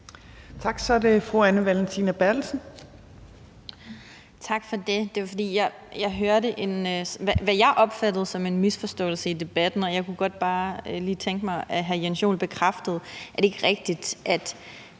Kl. 14:56 Anne Valentina Berthelsen (SF): Tak for det. Jeg hørte, hvad jeg opfattede som en misforståelse i debatten, og jeg kunne bare godt lige tænke mig, at hr. Jens Joel bekræftede, om det ikke er rigtigt, at